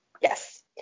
Yes